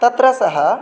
तत्र सः